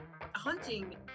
Hunting